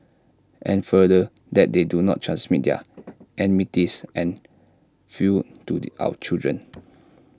and further that they do not transmit their enmities and feuds to the our children